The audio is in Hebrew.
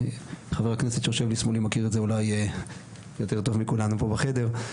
חבר הכנסת שיושב לשמאלי מכיר את זה אולי יותר טוב מכולנו פה בחדר,